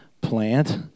plant